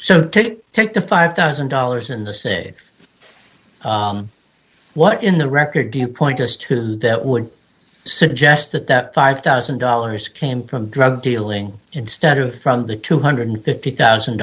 so take the five thousand dollars in the say what in the record give pointers to that would suggest that that five thousand dollars came from drug dealing instead of from the two hundred and fifty thousand